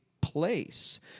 place